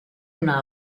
una